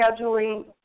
scheduling